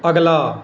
ਅਗਲਾ